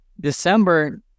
December